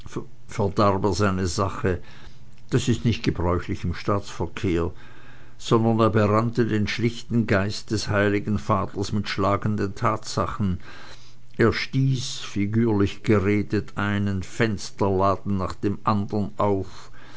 seine sache das ist nicht gebräuchlich im staatsverkehr sondern er berannte den schlichten geist des heiligen vaters mit schlagenden tatsachen er stieß figürlich geredet einen fensterladen nach dem andern auf